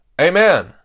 Amen